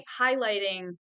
highlighting